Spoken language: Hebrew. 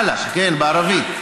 הלא, כן, בערבית.